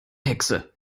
hexe